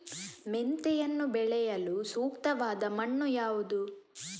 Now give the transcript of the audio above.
ಮೆಂತೆಯನ್ನು ಬೆಳೆಯಲು ಸೂಕ್ತವಾದ ಮಣ್ಣು ಯಾವುದು?